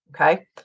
okay